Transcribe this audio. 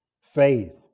faith